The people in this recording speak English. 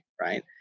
right